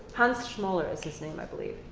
hans smaller is his name, i believe.